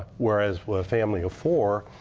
whereas family of four,